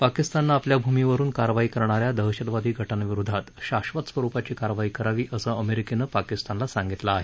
पाकिस्ताननं आपल्या भूमीवरुन कारवाई करणा या दहशतवादी गटांविरोधात शाश्वत स्वरुपाची कारवाई करावी असं अमेरिकेनं पाकिस्तानला सांगितलं आहे